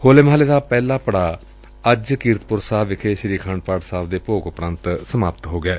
ਹੋਲੇ ਮਹੱਲੇ ਦਾ ਪਹਿਲਾ ਪੜਾਅ ਅੱਜ ਕੀਰਤਪੁਰ ਸਾਹਿਬ ਵਿਖੇ ਸ੍ਰੀ ਆਖੰਡ ਪਾਠ ਸਾਹਿਬ ਦੇ ਭੋਗ ਉਪਰੰਤ ਸਮਾਪਤ ਹੋ ਗਿਐ